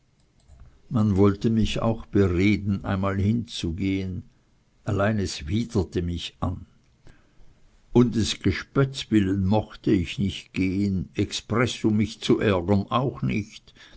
man wollte mich auch bereden einmal hinzugehen allein es widerte mich an um des gespötts willen mochte ich nicht gehen expreß um mich zu ärgern auch nicht